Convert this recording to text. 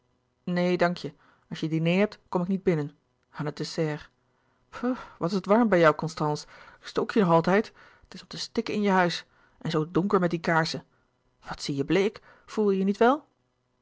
neen dank je als je diner hebt kom ik niet binnen aan het dessert puhh wat is het warm bij jou constance stook je nog altijd het is om te stikken in je huis en zoo donker met die kaarsen wat zie je bleek voel je je niet wel